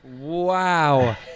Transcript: Wow